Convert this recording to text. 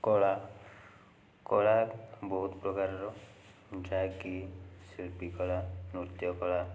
କଳା କଳା ବହୁତ ପ୍ରକାରର ଯାହାକି ଶିଳ୍ପୀକଳା ନୃତ୍ୟକଳା